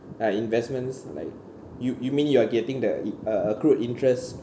uh investments like you you mean you are getting the i~ uh accrued interest